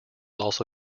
also